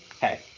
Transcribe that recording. Hey